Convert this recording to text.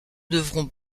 devrons